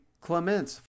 Clements